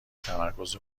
تمرکز